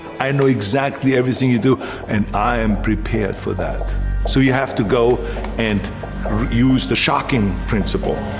i know exactly everything you do and i am prepared for that. so you have to go and use the shocking principle.